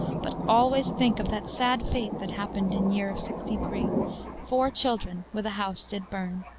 but always think of that sad fate, that happened in year of sixty three four children with a house did burn,